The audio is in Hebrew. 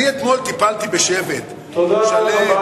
אתמול טיפלתי בשבט שלם.